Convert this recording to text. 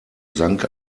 sank